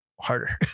Harder